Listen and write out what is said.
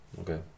Okay